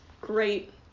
great